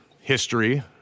history